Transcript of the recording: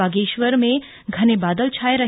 बागेश्वर में घने बादल छाए रहे